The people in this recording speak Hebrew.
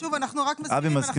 שוב, אנחנו רק מציעים.